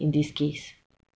in this case